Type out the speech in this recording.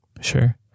Sure